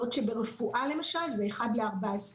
בעוד שברפואה זה 1:14,